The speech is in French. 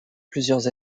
plusieurs